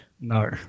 No